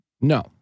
No